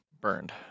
burned